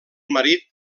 marit